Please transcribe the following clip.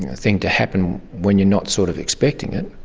thing to happen when you're not sort of expecting it.